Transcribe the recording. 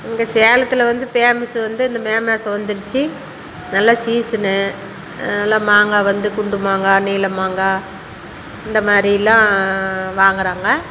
இங்கே சேலத்தில் வந்து பேமஸு வந்து இந்த மே மாதம் வந்துடுச்சு நல்லா சீசனு நல்லா மாங்காய் வந்து குண்டு மாங்காய் நீள மாங்காய் இந்த மாதிரில்லாம் வாங்குறாங்க